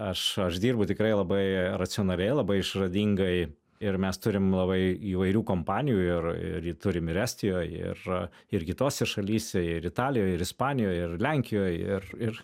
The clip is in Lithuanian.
aš aš dirbu tikrai labai racionaliai labai išradingai ir mes turim labai įvairių kompanijų ir turim ir estijoj ir ir kitose šalyse ir italijoj ir ispanijoj ir lenkijoj ir ir